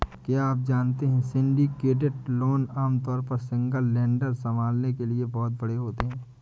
क्या आप जानते है सिंडिकेटेड लोन आमतौर पर सिंगल लेंडर संभालने के लिए बहुत बड़े होते हैं?